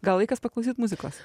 gal laikas paklausyt muzikos